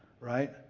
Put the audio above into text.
Right